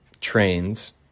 trains